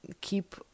keep